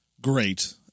great